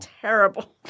terrible